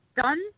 Done